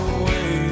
away